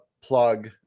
plug